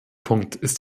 punkt